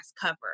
cover